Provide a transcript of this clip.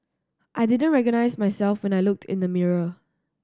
I didn't recognise myself when I looked in the mirror